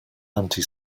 anti